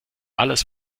alles